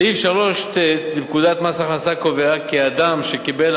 סעיף 3(ט) לפקודת מס הכנסה קובע כי אדם שקיבל